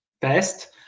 best